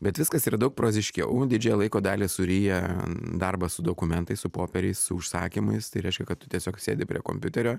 bet viskas yra daug proziškiau didžiąją laiko dalį suryja darbas su dokumentais su popieriais su užsakymais tai reiškia kad tu tiesiog sėdi prie kompiuterio